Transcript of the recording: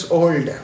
old